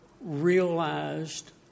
realized